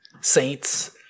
saints